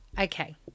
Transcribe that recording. Okay